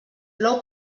plou